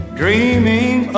dreaming